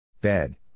Bed